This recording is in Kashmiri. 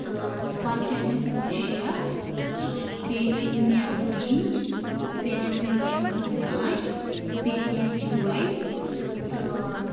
تہٕ پَچہِ اَنہِ مےٚ پانٛژھ شےٚ ٲں بیٚیہِ أنۍ مےٚ بِرٛنٛج تہٕ بیٚیہِ اَنہِ مےٚ میکھہٕ ترٛےٚ آنٛچہِ تہٕ بیٚیہِ أنۍ مےٚ جٲلۍ تہٕ